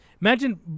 Imagine